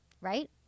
Right